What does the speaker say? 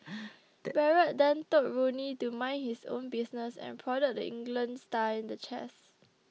Barrett then told Rooney to mind his own business and prodded the England star in the chest